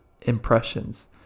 impressions